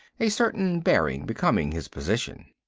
a certain bearing becoming his position.